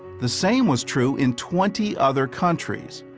the same was true in twenty other countries.